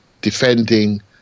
defending